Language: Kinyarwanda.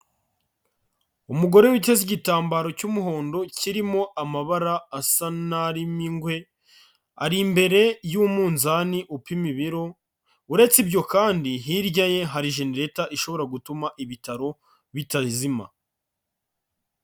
Umugore witeze igitambaro cy'umuhondo kirimo amabara asa narimo ingwe, ari imbere y'umuzani upima ibiro, uretse ibyo kandi hirya ye hari jenereta ishobora gutuma ibitaro bitazima.